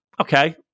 Okay